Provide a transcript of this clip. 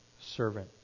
servant